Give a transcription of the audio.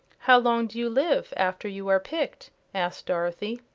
how long do you live, after you are picked? asked dorothy.